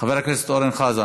חבר הכנסת אורן חזן.